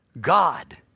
God